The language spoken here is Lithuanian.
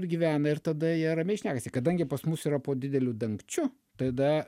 ir gyvena ir tada jie ramiai šnekasi kadangi pas mus yra po dideliu dangčiu tada